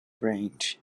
range